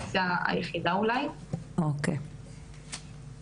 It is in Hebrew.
כל כרטיסי האשראי שהוא ביטל לי,